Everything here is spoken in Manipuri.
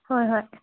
ꯍꯣꯏ ꯍꯣꯏ